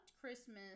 Christmas